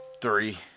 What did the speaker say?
three